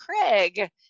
craig